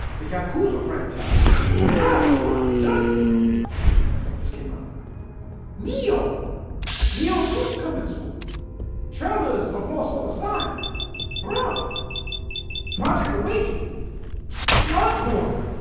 the yakuza franchise judge judgment just came out neo neo two is coming soon trailers of lost soul assigned brah project awakening blood-borne.